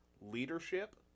leadership